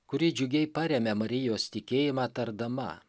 kuri džiugiai paremia marijos tikėjimą tardama